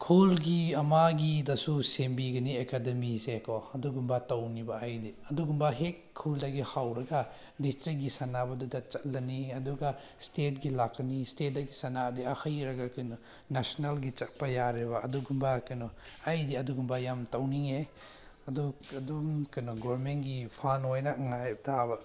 ꯈꯨꯜꯒꯤ ꯑꯃꯒꯤꯗꯁꯨ ꯁꯦꯝꯕꯤꯒꯅꯤ ꯑꯦꯀꯥꯗꯃꯤꯁꯦꯀꯣ ꯑꯗꯨꯒꯨꯝꯕ ꯇꯧꯅꯤꯕ ꯑꯩꯗꯤ ꯑꯗꯨꯒꯨꯝꯕ ꯍꯦꯛ ꯈꯨꯜꯗꯒꯤ ꯍꯧꯔꯒ ꯗꯤꯁꯇ꯭ꯔꯤꯛꯀꯤ ꯁꯥꯟꯅꯕꯗꯨꯗ ꯆꯠꯂꯅꯤ ꯑꯗꯨꯒ ꯏꯁꯇꯦꯠꯀꯤ ꯂꯥꯛꯀꯅꯤ ꯏꯁꯇꯦꯠꯇꯒꯤ ꯁꯥꯟꯅꯔꯗꯤ ꯍꯩꯔꯒ ꯀꯩꯅꯣ ꯅꯦꯁꯅꯦꯜꯒꯤ ꯆꯠꯄ ꯌꯥꯔꯦꯕ ꯑꯗꯨꯒꯨꯝꯕ ꯀꯩꯅꯣ ꯑꯩꯗꯤ ꯑꯗꯨꯒꯨꯝꯕ ꯌꯥꯝ ꯇꯧꯅꯤꯡꯉꯦ ꯑꯗꯨ ꯑꯗꯨꯝ ꯒꯣꯕꯔꯃꯦꯟꯒꯤ ꯐꯟ ꯑꯣꯏꯅ ꯉꯥꯏꯕ ꯇꯥꯕ